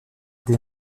des